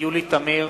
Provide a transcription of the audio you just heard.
יולי תמיר,